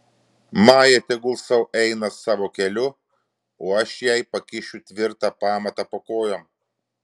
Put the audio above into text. maja tegul sau eina savo keliu o aš jai pakišiu tvirtą pamatą po kojom